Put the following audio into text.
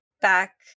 back